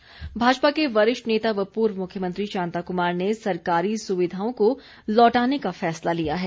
शांता कुमार भाजपा के वरिष्ठ नेता व पूर्व मुख्यमंत्री शांता कुमार ने सरकारी सुविधाओं को लौटाने का फैसला लिया है